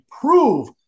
prove